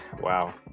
wow